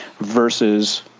versus